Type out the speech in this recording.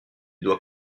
doit